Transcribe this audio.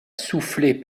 soufflé